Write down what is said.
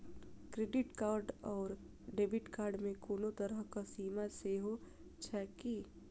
Credit card आओर debit card मे कोनो तरहक सीमा सेहो छैक की?